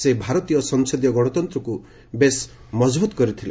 ସେ ଭାରତୀୟ ସଂସଦୀୟ ଗଣତନ୍ତ୍ରକ୍ ମଜବୃତ୍ କରିଥିଲେ